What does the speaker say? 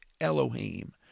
Elohim